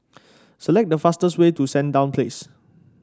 select the fastest way to Sandown Place